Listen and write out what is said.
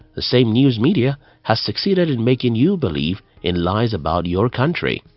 the same news media has succeeded in making you believe in lies about your country,